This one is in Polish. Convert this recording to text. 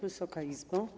Wysoka Izbo!